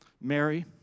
Mary